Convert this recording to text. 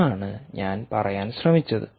ഇതാണ് ഞാൻ പറയാൻ ശ്രമിച്ചത്